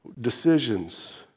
decisions